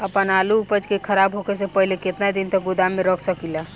आपन आलू उपज के खराब होखे से पहिले केतन दिन तक गोदाम में रख सकिला?